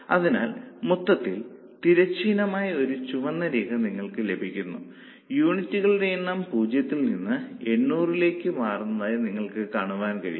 അതിനാൽ മൊത്തത്തിൽ തിരശ്ചീനമായ ഈ ചുവന്ന രേഖ നിങ്ങൾക്ക് ലഭിക്കുന്നു യൂണിറ്റുകളുടെ Unit's എണ്ണം 0 ൽ നിന്ന് 800 ലേക്ക് മാറുന്നത് നിങ്ങൾക്ക് കാണാൻ കഴിയും